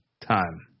time